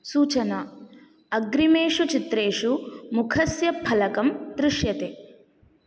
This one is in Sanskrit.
सूचना अग्रिमेषु चित्रेषु मुखस्य फलकं दृश्यते